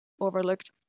overlooked